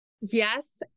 Yes